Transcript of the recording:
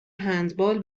هندبال